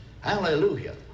hallelujah